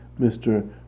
Mr